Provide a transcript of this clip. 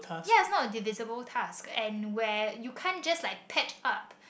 ya not a divisible task and where you can't just like patch up